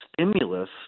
stimulus –